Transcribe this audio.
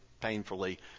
painfully